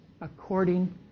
according